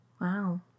Wow